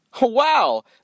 Wow